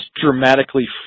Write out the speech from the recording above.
dramatically